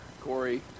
Corey